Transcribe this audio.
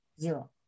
zero